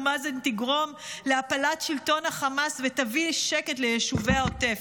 מאזן תגרום להפלת שלטון חמאס ותביא שקט ליישובי העוטף,